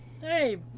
hey